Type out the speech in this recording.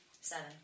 seven